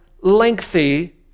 lengthy